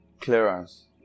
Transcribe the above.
clearance